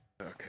okay